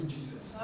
Jesus